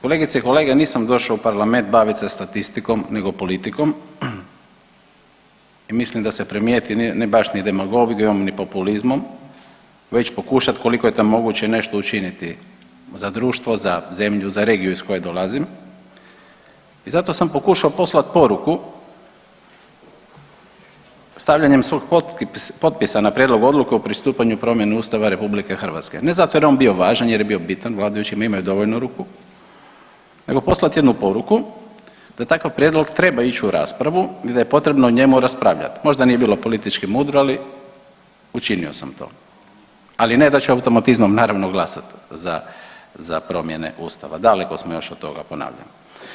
Kolegice i kolege nisam došao u parlament bavit se statistikom nego politikom i mislim da se primijeti, ne baš ni demagogijom, ni populizmom već pokušat koliko je to moguće nešto učiniti za društvo, za zemlju, za regiju iz koje dolazim i zato sam pokušao poslat poruku stavljanjem svog potpisa na prijedlog odluke o pristupanju promjeni Ustava RH, ne zato jer je on bio važan, jer je bio bitan, vladajući imaju dovoljno ruku nego poslat jednu poruku da takav prijedlog treba ić u raspravu i da je potrebno o njemu raspravljat, možda nije bilo politički mudro, ali učinio sam to, ali ne da ću automatizmom naravno glasat za, za promjene ustava, daleko smo još od toga ponavljam.